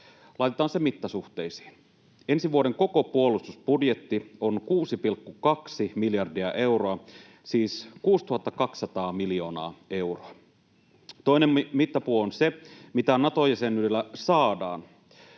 Laitetaan se mittasuhteisiin. Ensi vuoden koko puolustusbudjetti on 6,2 miljardia euroa, siis 6 200 miljoonaa euroa. Toinen mittapuu on se, mitä Nato-jäsenyydellä saadaan.